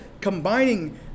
combining